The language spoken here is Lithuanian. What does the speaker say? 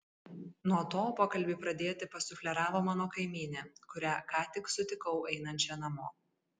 nuo to pokalbį pradėti pasufleravo mano kaimynė kurią ką tik sutikau einančią namo